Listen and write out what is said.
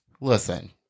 Listen